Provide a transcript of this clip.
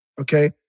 okay